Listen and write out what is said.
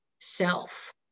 self